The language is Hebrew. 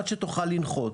עד שתוכל לנחות.